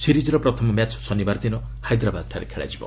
ସିରିଜ୍ର ପ୍ରଥମ ମ୍ୟାଚ୍ ଶନିବାର ଦିନ ହାଇଦ୍ରାବାଦଠାରେ ଖେଳାଯିବ